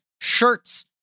shirts